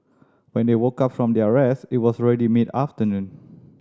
when they woke up from their rest it was already mid afternoon